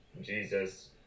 Jesus